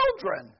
children